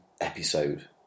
episode